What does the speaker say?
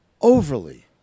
overly